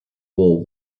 boer